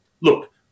Look